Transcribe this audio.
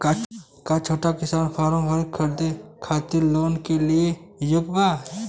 का छोटा किसान फारम भूमि खरीदे खातिर लोन के लिए योग्य बा?